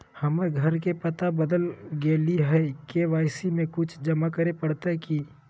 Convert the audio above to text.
हमर घर के पता बदल गेलई हई, के.वाई.सी में कुछ जमा करे पड़तई की?